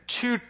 two